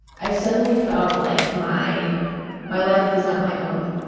i suddenly felt like my my life was not my own,